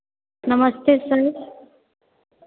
नमस्ते सर